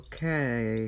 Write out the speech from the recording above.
Okay